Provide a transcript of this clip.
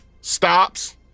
stops